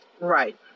Right